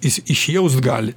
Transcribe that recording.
jis išjaust gali